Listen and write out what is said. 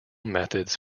methods